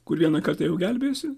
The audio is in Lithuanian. kur vieną kartą jau gelbėjosi